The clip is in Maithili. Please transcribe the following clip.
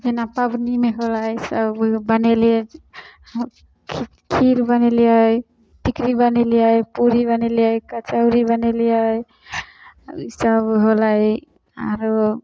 जेना पबनीमे होलै सब बनेलिए खीर बनेलिए टिकरी बनेलिए पूड़ी बनेलिए कचौड़ी बनेलिए ईसब होलै आओर